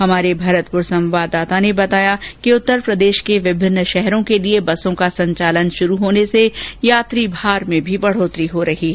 हमारे भरतपुर संवाददाता ने बताया कि उत्तर प्रदेश के विभिन्न शहरों के लिए बसों का संचालन शुरू होने से यात्री भार में भी बढ़ोतरी हो रही है